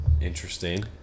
interesting